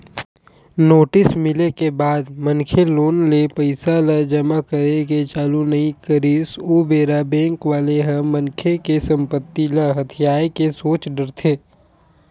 notice मिले के बाद मनखे लोन ले पइसा ल जमा करे के चालू नइ करिस ओ बेरा बेंक वाले ह मनखे के संपत्ति ल हथियाये के सोच डरथे